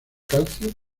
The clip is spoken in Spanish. calcio